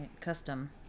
custom